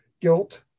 guilt